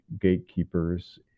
gatekeepers